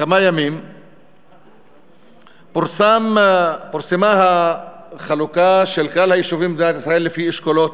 כמה ימים פורסמה החלוקה של כלל היישובים במדינת ישראל לפי אשכולות,